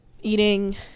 eating